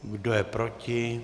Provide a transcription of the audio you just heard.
Kdo je proti?